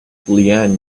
leanne